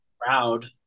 proud